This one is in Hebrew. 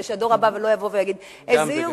כדי שהדור הבא לא יבוא ויגיד: הזהירו,